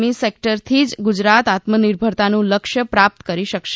ઈ સેકટરથી જ ગુજરાત આત્મનિર્ભરતાનું લક્ષ્ય પ્રાપ્ત કરી શકશે